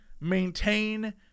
maintain